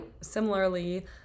similarly